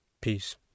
Peace